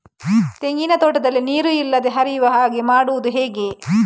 ತೆಂಗಿನ ತೋಟದಲ್ಲಿ ನೀರು ನಿಲ್ಲದೆ ಹರಿಯುವ ಹಾಗೆ ಮಾಡುವುದು ಹೇಗೆ?